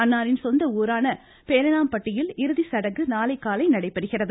அன்னாரின் சொந்த ஊரான பேரணாம்பட்டில் இறுதி சடங்கு நாளை காலை நடைபெறுகிறது